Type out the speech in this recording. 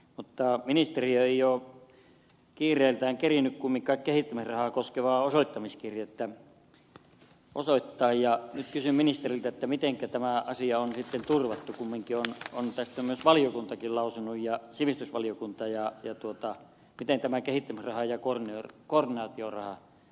mutta ministeriö ei ole kiireiltään kerinnyt kuitenkaan kehittämisrahaa koskevaa osoittamiskirjettä osoittaa ja nyt kysyn ministeriltä mitenkä tämä asia on sitten turvattu kumminkin tästä on sivistysvaliokuntakin lausunut ja miten tämä kehittämisraha ja koordinaatioraha tulevaisuudessa tullaan antamaan